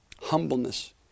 Humbleness